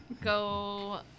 go